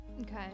Okay